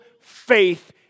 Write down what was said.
faith